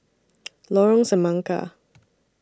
Lorong Semangka